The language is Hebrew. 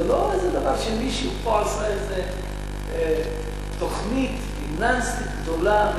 זה לא איזה דבר שמישהו פה עשה איזו תוכנית פיננסית גדולה.